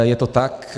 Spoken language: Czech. Je to tak.